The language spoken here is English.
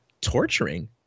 torturing